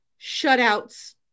shutouts